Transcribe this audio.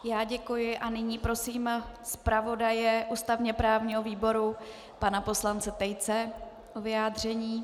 Já děkuji a nyní prosím zpravodaje ústavněprávního výboru, pana poslance Tejce o vyjádření.